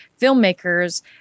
filmmakers